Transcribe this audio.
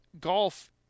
golf